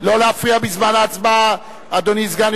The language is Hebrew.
להביע אי-אמון